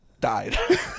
Died